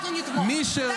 אנחנו נתמוך.